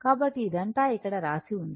కాబట్టి ఇదంతా ఇక్కడ రాసి ఉంది